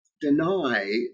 deny